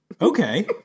Okay